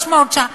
300 ש"ח.